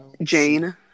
Jane